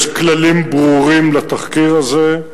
יש כללים ברורים לתחקיר הזה.